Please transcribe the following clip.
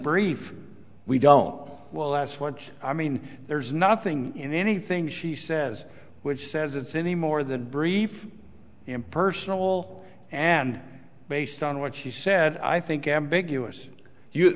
brief we don't know well that's what i mean there's nothing in anything she says which says it's any more than brief impersonal and based on what she said i think ambiguous you